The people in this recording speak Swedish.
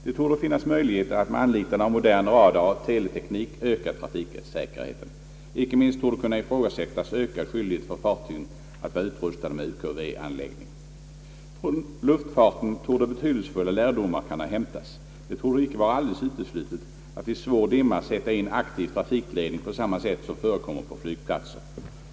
Det torde finnas möjligheter att med anlitande av modern radaroch teleteknik öka trafiksäkerheten. Icke minst torde kunna ifrågasättas ökad skyldighet för fartygen att vara utrustade med UKV-anläggning. Från luftfarten torde betydelsefulla lärdomar kunna hämtas. Det torde icke vara alldeles uteslutet att vid svår dimma sätta in aktiv trafikledning på samma sätt som förekommer på flygplatser.